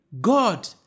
God